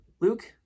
Luke